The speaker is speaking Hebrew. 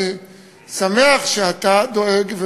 אני שמח שאתה דואג.